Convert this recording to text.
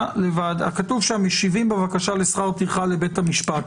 כתוב שם משיבים בבקשה לשכר טרחה לבית המשפט,